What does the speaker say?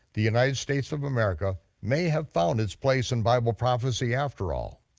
the united states of america may have found its place in bible prophecy after all.